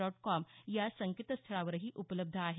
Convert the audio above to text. dot com या संकेतस्थळावरही उपलब्ध आहे